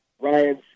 Ryan's